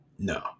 No